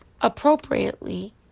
appropriately